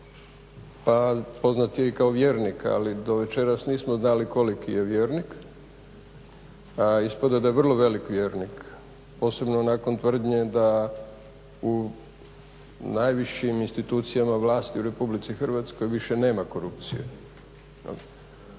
pa poznat je i kao vjernik ali do večeras nismo znali koliki je vjernik. Ispada a je vrlo velik vjernik, posebno nakon tvrdnje da u najvišim institucijama vlasti u Republici Hrvatskoj više nema korupcije